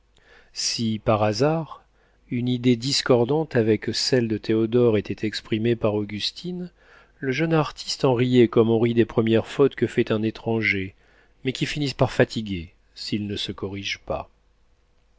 si par hasard une idée discordante avec celles de théodore était exprimée par augustine le jeune artiste en riait comme on rit des premières fautes que fait un étranger mais qui finissent par fatiguer s'il ne se corrige pas